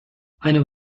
eine